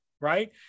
right